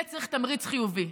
לזה צריך תמריץ חיובי.